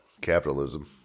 capitalism